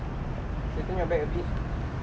shooting your back up a bit